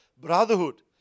brotherhood